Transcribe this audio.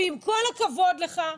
ועם כל הכבוד לך,